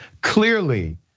Clearly